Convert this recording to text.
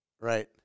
Right